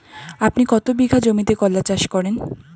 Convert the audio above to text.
আপনি কত বিঘা জমিতে কলা চাষ করেন?